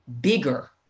bigger